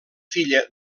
filla